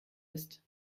ist